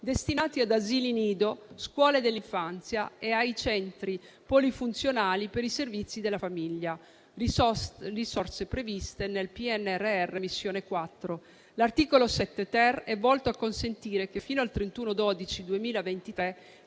destinati ad asili nido, scuole dell'infanzia e ai centri polifunzionali per i servizi della famiglia (risorse previste nel PNRR, missione 4). L'articolo 7-*ter* è volto a consentire che fino al 31